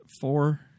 Four